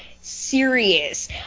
serious